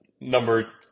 Number